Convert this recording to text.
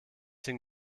den